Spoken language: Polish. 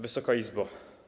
Wysoka Izbo!